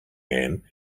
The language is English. man